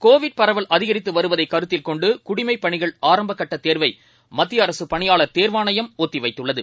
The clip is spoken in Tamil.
கோவிட் அதிகரித்துவருவதைகருத்தில்கொண்டுகுடிமைப்பணிகள் பரவல் ஆரம்பகட்டதேர்வைமத்திய அரசுபணியாளர் தேர்வாணையம் ஒத்திவைத்துள்ளது